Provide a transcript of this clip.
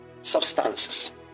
substances